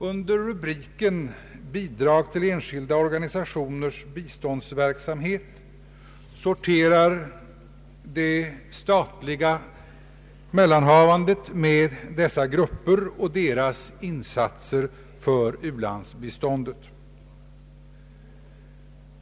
Under rubriken Bidrag till enskilda organisationers biståndsverksamhet sorterar det statliga mellanhavandet med dessa grupper och deras insatser för u-landsbiståndet.